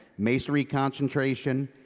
masonry concentration,